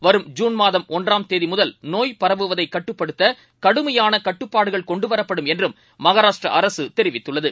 வரும் ஜூன் மாதம் ஒன்றாம் தேதிமுதல் நோய் பரவுவதைகட்டுப்படுத்தகடுமையானகட்டுப்பாடுகள் கொண்டுவரப்படும் என்றும் மகாராஷ்டிரஅரசுதெரிவித்துள்ளது